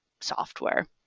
software